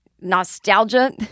nostalgia